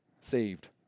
saved